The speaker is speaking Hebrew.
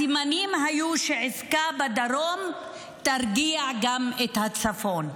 הסימנים היו שעסקה בדרום תרגיע גם את הצפון.